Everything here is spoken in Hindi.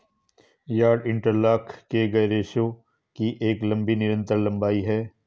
यार्न इंटरलॉक किए गए रेशों की एक लंबी निरंतर लंबाई है